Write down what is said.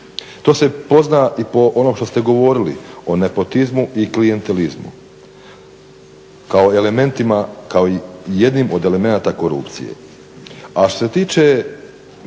To se pozna i po onom što ste govorili, o nepotizmu i klijentelizmu kao elementima, kao jednim od elemenata korupcije. A što se tiče